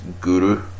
guru